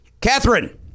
Catherine